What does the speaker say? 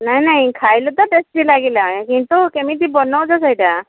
ନାଇଁ ନାଇଁ ଖାଇଲୁ ତ ଟେଷ୍ଟି ଲାଗିଲା କିନ୍ତୁ କେମିତି ବନଉଛ ସେଇଟା